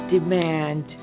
Demand